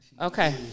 Okay